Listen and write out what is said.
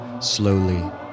Slowly